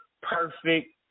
perfect